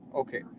okay